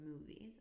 movies